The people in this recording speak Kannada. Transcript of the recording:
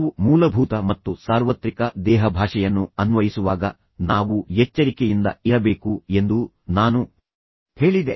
ಕೆಲವು ಮೂಲಭೂತ ಮತ್ತು ಸಾರ್ವತ್ರಿಕ ದೇಹಭಾಷೆಯನ್ನು ಅನ್ವಯಿಸುವಾಗ ನಾವು ಎಚ್ಚರಿಕೆಯಿಂದ ಇರಬೇಕು ಎಂದು ನಾನು ಹೇಳಿದೆ